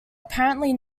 apparently